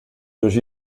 durch